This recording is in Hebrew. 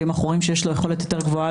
ואם אנחנו רואים שיש לו יכולת יותר גבוהה